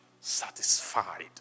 satisfied